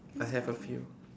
I have a few